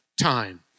time